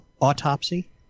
autopsy